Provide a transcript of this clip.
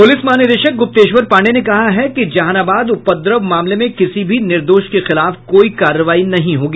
प्रलिस महानिदेशक ग्रप्तेश्वर पांडेय ने कहा है कि जहानाबाद उपद्रव मामले में किसी भी निर्दोष के खिलाफ कोई कार्रवाई नहीं होगी